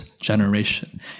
Generation